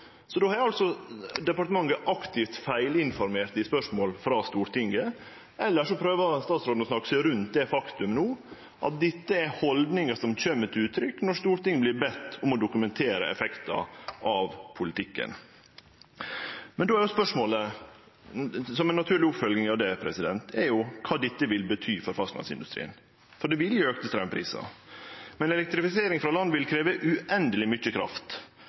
Då har altså departementet aktivt feilinformert i spørsmål frå Stortinget, eller så prøver statsråden no å snakke seg rundt det faktum at dette er haldningar som kjem til uttrykk når Stortinget vert bedt om å dokumentere effekten av politikken. Men då er spørsmålet, som ei naturlig oppfølging av det, kva dette vil bety for fastlandsindustrien, for det vil gje auka straumprisar. Men elektrifisering frå land vil krevje uendeleg mykje kraft,